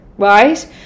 right